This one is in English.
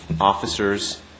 officers